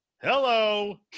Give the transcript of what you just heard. hello